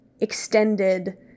extended